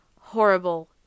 horrible